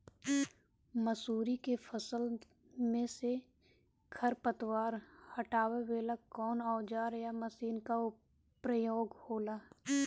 मसुरी के फसल मे से खरपतवार हटावेला कवन औजार या मशीन का प्रयोंग होला?